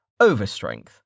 overstrength